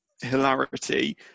hilarity